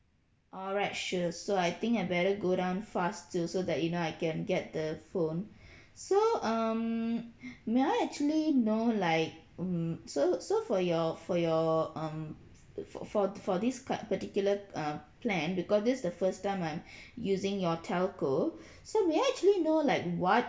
alright sure so I think I better go down faster so that you know I can get the phone so um may I actually know like mm so so for your for your um for for for this card particular uh plan because this is the first time I'm using your telco so may I actually know like what